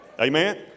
Amen